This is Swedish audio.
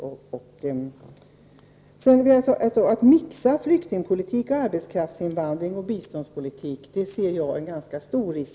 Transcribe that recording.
Men att mixa flyktingpolitik, arbetskraftsinvandring och biståndspolitik ser jag som en risk.